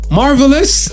marvelous